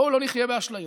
בואו לא נחיה באשליות.